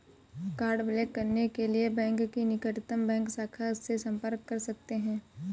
card block करने के लिए बैंक की निकटतम बैंक शाखा से संपर्क कर सकते है